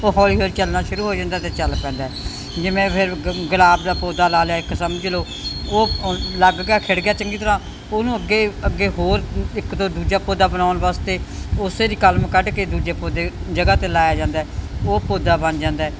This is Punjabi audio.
ਉਹ ਹੌਲੀ ਹੌਲੀ ਚੱਲਣਾ ਸ਼ੁਰੂ ਹੋ ਜਾਂਦਾ ਅਤੇ ਚੱਲ ਪੈਂਦਾ ਜਿਵੇਂ ਫਿਰ ਗ ਗੁਲਾਬ ਦਾ ਪੌਦਾ ਲਗਾ ਲਿਆ ਇੱਕ ਸਮਝ ਲਓ ਉਹ ਲੱਗ ਗਿਆ ਖਿੜ੍ਹ ਗਿਆ ਚੰਗੀ ਤਰ੍ਹਾਂ ਉਹਨੂੰ ਅੱਗੇ ਅੱਗੇ ਹੋਰ ਇੱਕ ਤੋਂ ਦੂਜਾ ਪੌਦਾ ਬਣਾਉਣ ਵਾਸਤੇ ਉਸੇ ਦੀ ਕਲਮ ਕੱਢ ਕੇ ਦੂਜੇ ਪੌਦੇ ਜਗ੍ਹਾ 'ਤੇ ਲਗਾਇਆ ਜਾਂਦਾ ਉਹ ਪੌਦਾ ਬਣ ਜਾਂਦਾ